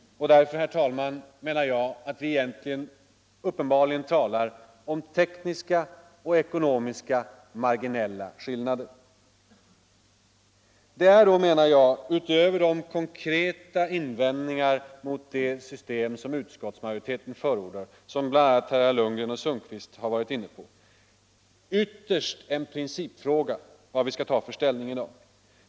Därför, herr talman, menar jag att vi egentligen uppenbarligen talar om marginella tekniska och ekonomiska skillnader. Det är då, menar jag - utöver de konkreta invändningar mot det av utskottsmajoriteten förordade systemet som bl.a. herrar Lundgren i Kristianstad och Sundkvist anfört — ytterst en principfråga vad vi skall ta för ställning i dag.